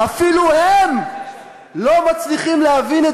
אפילו הם לא מצליחים להבין,